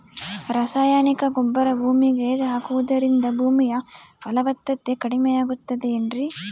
ರಾಸಾಯನಿಕ ಗೊಬ್ಬರ ಭೂಮಿಗೆ ಹಾಕುವುದರಿಂದ ಭೂಮಿಯ ಫಲವತ್ತತೆ ಕಡಿಮೆಯಾಗುತ್ತದೆ ಏನ್ರಿ?